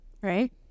right